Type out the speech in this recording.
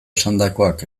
esandakoak